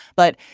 but,